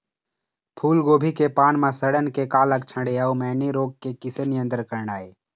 फूलगोभी के पान म सड़न के का लक्षण ये अऊ मैनी रोग के किसे नियंत्रण करना ये?